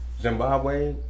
Zimbabwe